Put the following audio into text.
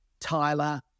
Tyler